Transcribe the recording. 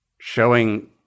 showing